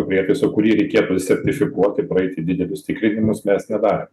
prietaiso kurį reikėtų sertifikuoti praeiti didelius tikrinimus mes nedarėm